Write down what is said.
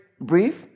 brief